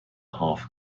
half